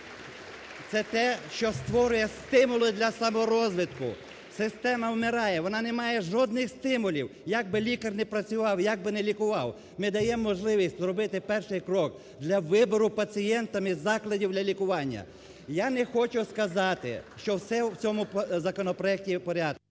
Це те, що створює стимули для саморозвитку. Система вмирає, вона не має жодних стимулів, якби лікар не працював, якби не лікував, ми даємо можливість зробити перший крок для вибору пацієнтами закладів для лікування. Я не хочу сказати, що все в цьому законопроекті в порядку…